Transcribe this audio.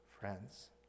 friends